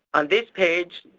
on this page,